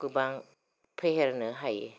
गोबां फेहेरनो हायो